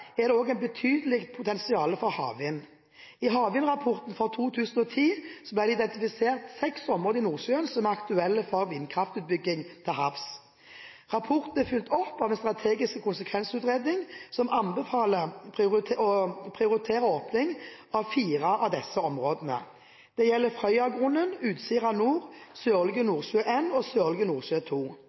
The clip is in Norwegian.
er det også et betydelig potensial for havvind. I havvindrapporten fra 2010 ble det identifisert seks områder i Nordsjøen som er aktuelle for vindkraftutbygging til havs. Rapporten er fulgt opp av en strategisk konsekvensutredning, som anbefaler å prioritere åpning av fire av disse områdene. Det gjelder Frøyagrunnene, Utsira nord, Sørlige Nordsjø I og Sørlige Nordsjø